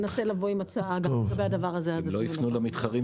זה מתווה את שיקול הדעת של